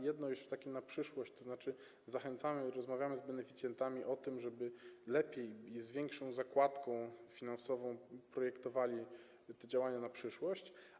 Jedno na przyszłość, to znaczy zachęcamy i rozmawiamy z beneficjentami o tym, żeby lepiej i z większą zakładką finansową projektowali te działania na przyszłość.